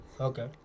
Okay